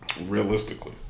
realistically